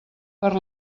per